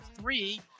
three